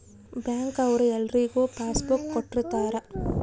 bank ಅವ್ರು ಎಲ್ರಿಗೂ passbook ಕೊಟ್ಟಿರ್ತರ